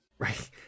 Right